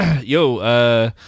Yo